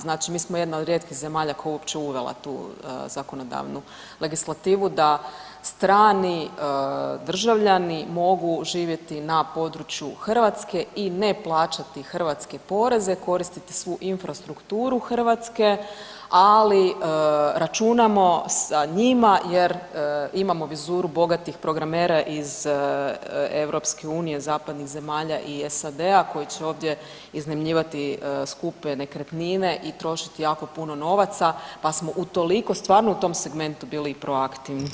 Znači mi smo jedna od rijetkih zemalja koja je uopće uvela tu zakonodavnu legislativu da strani državljani mogu živjeti na području Hrvatske i ne plaćati hrvatske poreze, koristiti svu infrastrukturu Hrvatske, ali računamo sa njima jer imamo vizuru bogatih programera iz EU, zapadnih zemalja i SAD-a koji će ovdje iznajmljivati skupe nekretnine i trošiti jako puno novaca, pa smo utoliko, stvarno u tom segmentu bili i proaktivni.